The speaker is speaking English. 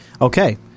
Okay